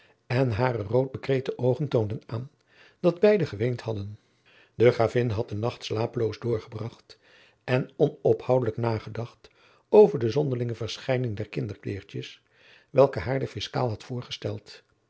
en hare rood bekreten oogen toonden aan dat beide geweend hadden de gravin had de nacht slapeloos doorgebracht en onöphoudelijk nagedacht over de zonderlinge verschijning der kinderkleertjes welke haar de fiscaal had voorgesteld